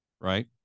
right